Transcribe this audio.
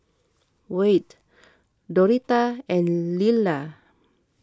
Wyatt Doretta and Lilla